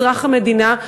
אזרח המדינה,